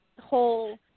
whole